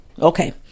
Okay